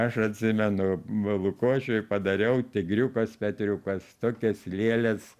aš atsimenu va lukošiui padariau tigriukas petriukas tokias lėles